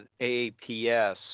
AAPS